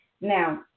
Now